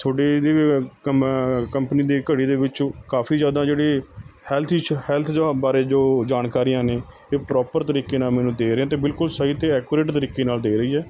ਤੁਹਾਡੇ ਇਹਦੇ ਕੰਮ ਕੰਪਨੀ ਦੇ ਘੜੀ ਦੇ ਵਿੱਚ ਕਾਫ਼ੀ ਜ਼ਿਆਦਾ ਜਿਹੜੀ ਹੈਲਥ ਇਸ਼ੂ ਹੈਲਥ ਬਾਰੇ ਜੋ ਜਾਣਕਾਰੀਆਂ ਨੇ ਇਹ ਪਰੋਪਰ ਤਰੀਕੇ ਨਾਲ਼ ਮੈਨੂੰ ਦੇ ਰਹੇ ਹੈ ਅਤੇ ਬਿਲਕੁੱਲ ਸਹੀ ਅਤੇ ਐਕੋਰੇਟ ਤਰੀਕੇ ਨਾਲ਼ ਦੇ ਰਹੀ ਹੈ